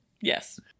Yes